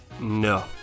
no